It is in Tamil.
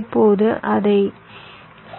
இப்போது அதைச்